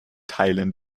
teilen